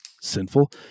sinful